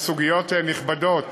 יש סוגיות נכבדות